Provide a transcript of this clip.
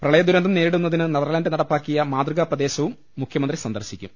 പ്രളയദുരന്തം നേരി ടുന്നതിന് നെതർലാന്റ് നടപ്പാക്കിയ മാതൃകാപ്രദേശവും മുഖ്യമന്ത്രി സന്ദർശിക്കും